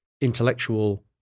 intellectual